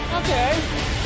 Okay